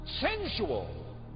sensual